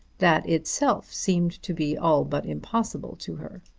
that itself seemed to be all but impossible to her.